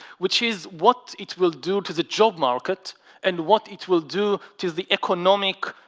which is what it will do to the job market and what it will do to the economic